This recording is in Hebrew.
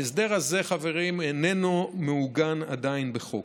ההסדר הזה, חברים, איננו מעוגן עדיין בחוק.